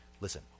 Listen